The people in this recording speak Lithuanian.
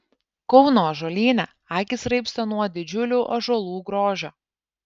kauno ąžuolyne akys raibsta nuo didžiulių ąžuolų grožio